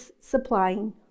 supplying